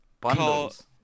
Bundles